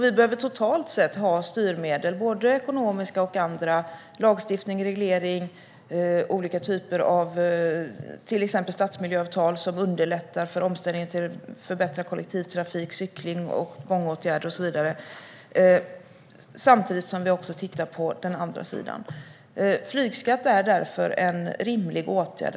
Vi behöver totalt sett ha olika styrmedel. Det gäller ekonomiska liksom andra styrmedel som handlar om lagstiftning och regleringar. Det kan vara stadsmiljöavtal, som underlättar för omställning till förbättrad kollektivtrafik och åtgärder för cykling och gångtrafikanter. Samtidigt måste vi även titta på den andra sidan. Flygskatt är därför en rimlig åtgärd.